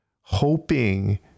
hoping